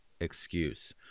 excuse